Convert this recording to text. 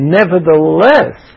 nevertheless